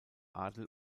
adel